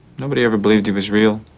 nobody ever believed he was real.